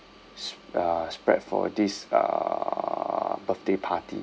sp~ uh spread for this uh birthday party